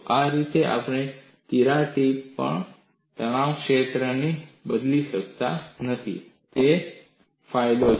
આ રીતે આપણે તિરાડ ટીપ પર તણાવ ક્ષેત્રને બદલીશું નહીં તે ફાયદો છે